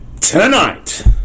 Tonight